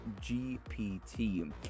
GPT